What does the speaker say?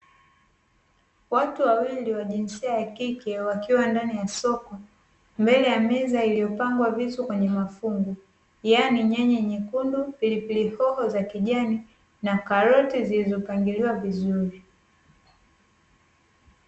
Watu wawili wa jinsia ya kike wakiwa ndani ya soko mbele ya meza iliyopangwa viti kwenye mafungu, yaani nyaya nyekundu, pilipili hoho za kijani na karoti zilizopangiliwa vizuri.